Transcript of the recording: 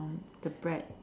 the bread